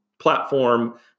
Platform